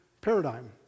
paradigm